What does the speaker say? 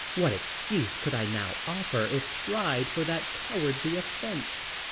what excuse could i now offer if tried for that cowardly offence?